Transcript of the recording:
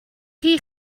chi